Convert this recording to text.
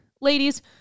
Ladies